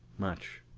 much,